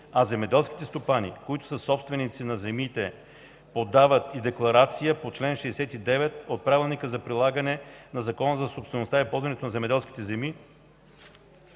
а земеделските стопани, които са собственици на земите, подават и декларация по чл. 69 от Правилника за прилагане на Закона за собствеността и ползването на земеделски земи